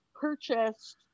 purchased